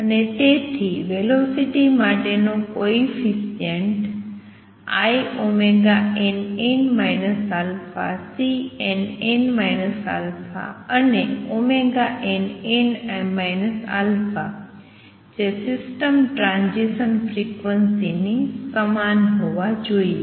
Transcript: અને તેથી વેલોસિટી માટેનો કોએફિસિએંટ inn αCnn α અને nn α જે સિસ્ટમ ટ્રાંઝીસન ફ્રિક્વન્સી ની સમાન હોવા જોઈએ